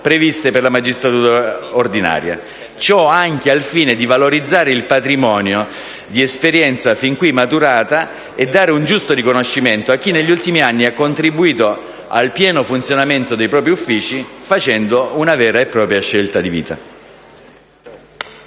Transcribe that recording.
previste per la magistratura ordinaria; ciò anche al fine di valorizzare il patrimonio di esperienza fin qui maturata e dare un giusto riconoscimento a chi negli ultimi anni ha contribuito al pieno funzionamento dei propri uffici facendo una vera e propria scelta di vita.